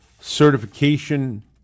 certification